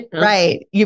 Right